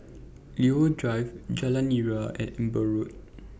Leo Drive Jalan Nira and Amber Road